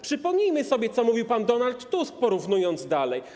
Przypomnijmy sobie, co mówił pan Donald Tusk, porównajmy dalej.